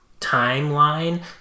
timeline